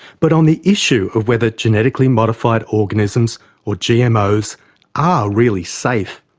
but on the issue of whether genetically modified organisms or gmos are really safe,